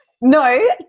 no